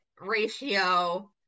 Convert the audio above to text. ratio